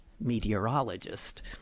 meteorologist